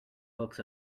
books